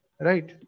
Right